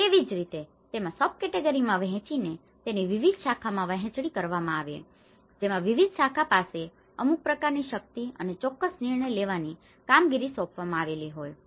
તેવી જ રીતે તેમાં સબ કેટેગરીમાં વહેંચીને તેની વિવિધ શાખામાં વહેંચણી કરવામાં આવે છે જેમાં વિવિધ શાખા પાસે અમુક પ્રકારની શક્તિ અને ચોક્કસ નિર્ણય લેવાની કામગીરી સોંપવામાં આવેલી હોય છે